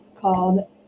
called